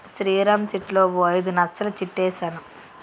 శ్రీరామ్ చిట్లో ఓ ఐదు నచ్చలు చిట్ ఏసాను